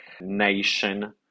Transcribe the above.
nation